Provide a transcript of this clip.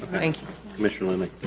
thank you commissioner